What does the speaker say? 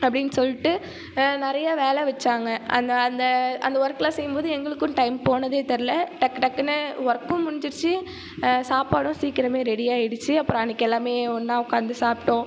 அப்படின்னு சொல்லிட்டு நிறைய வேலை வெச்சாங்க அந்த அந்த அந்த வொர்க்கெலாம் செய்யும்போது எங்களுக்கும் டைம் போனதே தெர்லை டக் டக்குன்னு வொர்க்கும் முடிஞ்சுருச்சு சாப்பாடும் சீக்கிரமே ரெடி ஆயிடுச்சு அப்புறம் அன்றைக்கு எல்லாமே ஒன்றா உக்கார்ந்து சாப்பிட்டோம்